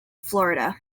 florida